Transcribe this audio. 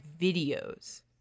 videos